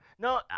No